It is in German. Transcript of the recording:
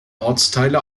ortsteile